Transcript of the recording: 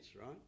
right